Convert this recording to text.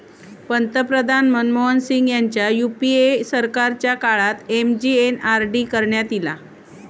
पंतप्रधान मनमोहन सिंग ह्यांच्या यूपीए सरकारच्या काळात एम.जी.एन.आर.डी.ए करण्यात ईला